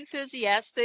enthusiastic